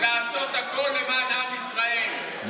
לעשות הכול למען עם ישראל,